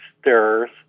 stairs